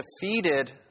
defeated